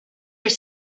your